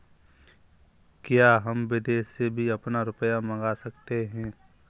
क्या हम विदेश से भी अपना रुपया मंगा सकते हैं?